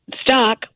stock